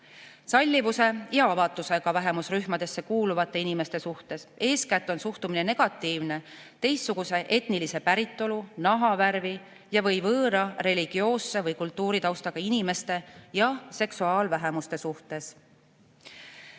sallivuse ja avatusega vähemusrühmadesse kuuluvate inimeste suhtes. Eeskätt on suhtumine negatiivne teistsuguse etnilise päritolu või nahavärviga, võõra religioosse või kultuurilise taustaga inimeste ja seksuaalvähemuste suhtes.